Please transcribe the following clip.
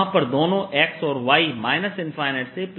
यहां पर दोनों x और y से तक जा रहे हैं